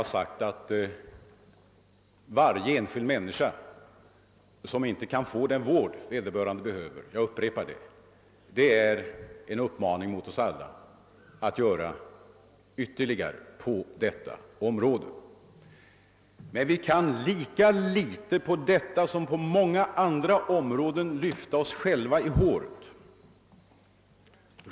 Jag sade att varje fall där en enskild människa inte kan få den vård hon behöver är en uppmaning till oss alla att göra ytterligare insatser. Men vi kan lika litet på detta område som på andra områden lyfta oss själva i håret.